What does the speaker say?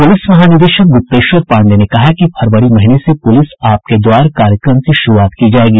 police महानिदेशक गुप्तेश्वर पांडेय ने कहा है कि फरवरी महीने से पुलिस आपके द्वार कार्यक्रम की शुरूआत की जायेगी